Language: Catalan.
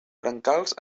brancals